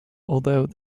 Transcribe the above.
although